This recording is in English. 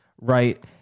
right